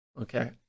Okay